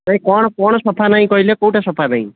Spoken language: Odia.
ନାହିଁ କ'ଣ କ'ଣ ସଫା ନାହିଁ କହିଲେ କେଉଁଟା ସଫା ପାଇଁ